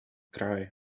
cry